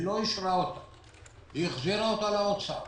היא החזירה אותה לאוצר.